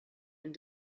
and